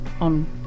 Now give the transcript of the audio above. on